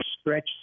stretch